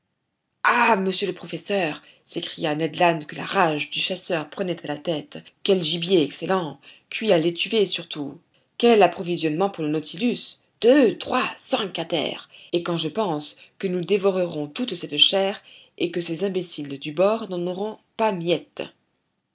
ah monsieur le professeur s'écria ned land que la rage du chasseur prenait à la tête quel gibier excellent cuit à l'étuvée surtout quel approvisionnement pour le nautilus deux trois cinq à terre et quand je pense que nous dévorerons toute cette chair et que ces imbéciles du bord n'en auront pas miette